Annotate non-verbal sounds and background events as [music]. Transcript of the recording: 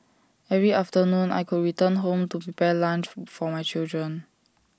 every afternoon I could return home to prepare lunch [noise] for my children